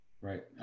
right